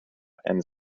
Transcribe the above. and